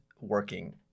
working